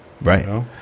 Right